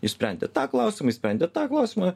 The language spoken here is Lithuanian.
išsprendė tą klausimą išsprendė tą klausimą